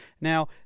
Now